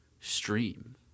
stream